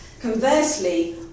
conversely